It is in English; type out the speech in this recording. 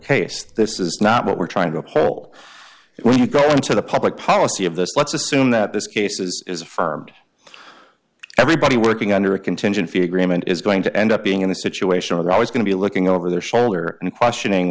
case this is not what we're trying to pull when you go into the public policy of this let's assume that this case is firm everybody working under a contingency agreement is going to end up being in a situation we're always going to be looking over their shoulder and questioning